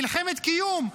מלחמת קיום,